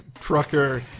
trucker